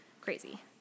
crazy